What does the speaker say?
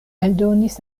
eldonis